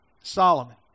Solomon